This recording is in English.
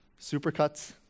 supercuts